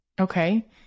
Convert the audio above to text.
okay